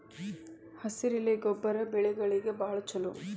ಹಸಿರೆಲೆ ಗೊಬ್ಬರ ಬೆಳೆಗಳಿಗೆ ಬಾಳ ಚಲೋ